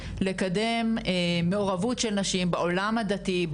לקדם מעורבות של נשים בעולם הדתי,